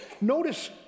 Notice